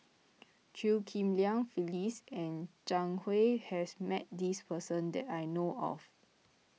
Chew Ghim Lian Phyllis and Zhang Hui has met this person that I know of